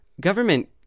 government